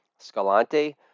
Scalante